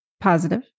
positive